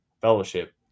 fellowship